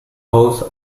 house